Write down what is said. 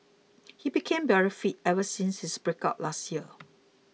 he became very fit ever since his breakup last year